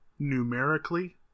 numerically